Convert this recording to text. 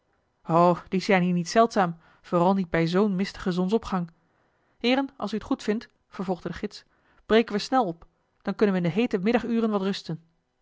die zijn hier niet zeldzaam vooral niet bij zoo'n mistigen zonsopgang heeren als u het goed vindt vervolgde de gids breken we snel op dan kunnen we in de heete middaguren wat rusten